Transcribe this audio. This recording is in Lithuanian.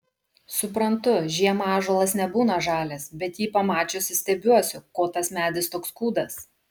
suprantu žiemą ąžuolas nebūna žalias bet jį pamačiusi stebiuosi ko tas medis toks kūdas